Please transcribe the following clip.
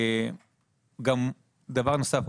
דבר נוסף,